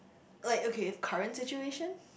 like okay if current situation